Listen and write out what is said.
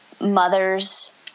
mothers